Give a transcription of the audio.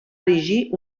erigir